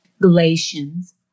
Galatians